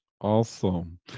Awesome